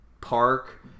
park